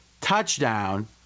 touchdown